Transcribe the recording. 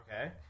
Okay